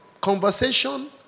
conversation